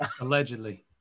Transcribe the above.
Allegedly